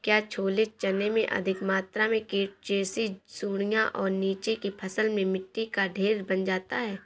क्या छोले चने में अधिक मात्रा में कीट जैसी सुड़ियां और नीचे की फसल में मिट्टी का ढेर बन जाता है?